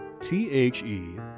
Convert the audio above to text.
T-H-E